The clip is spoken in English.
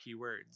keywords